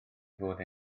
fod